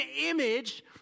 image